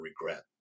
regret